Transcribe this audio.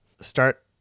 start